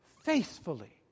faithfully